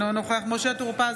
אינו נוכח משה טור פז,